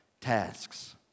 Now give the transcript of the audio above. tasks